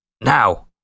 Now